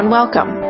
welcome